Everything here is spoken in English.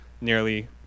nearly